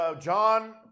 John